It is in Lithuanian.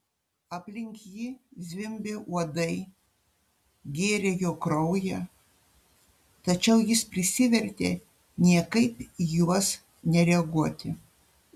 aplink jį zvimbė uodai gėrė jo kraują tačiau jis prisivertė niekaip į juos nereaguoti